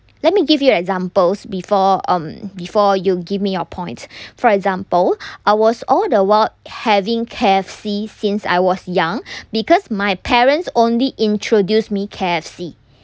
let me give you examples before um before you give me your points for example I was all the while having K_F_C since I was young because my parents only introduce me K_F_C